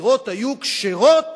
הבחירות היו כשרות